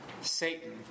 Satan